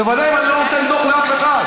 בוודאי, אם אני לא נותן דוח לאף אחד.